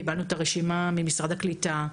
קיבלנו את הרשימה ממשרד הקליטה,